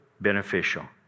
Beneficial